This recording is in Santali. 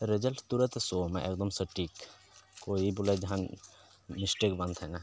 ᱨᱮᱡᱟᱞᱴ ᱛᱩᱨᱟᱹᱛ ᱥᱳ ᱟᱢᱟᱜ ᱮᱠᱫᱚᱢ ᱥᱚᱴᱷᱤᱠ ᱠᱚᱭ ᱵᱚᱞᱮ ᱡᱟᱦᱟᱱ ᱢᱤᱥᱴᱮᱠ ᱵᱟᱝ ᱛᱟᱦᱮᱱᱟ